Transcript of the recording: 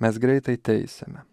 mes greitai teisiame